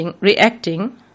reacting